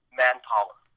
manpower